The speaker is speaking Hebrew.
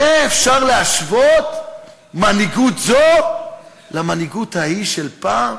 אפשר להשוות מנהיגות זו למנהיגות ההיא של פעם?